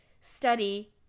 study